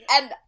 And-